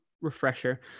refresher